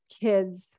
kids